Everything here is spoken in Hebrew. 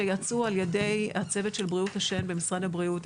שיצאו על ידי הצוות של בריאות השן במשרד הבריאות.